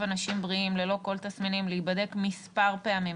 אנשים בריאים ללא כל תסמינים להיבדק מספר פעמים,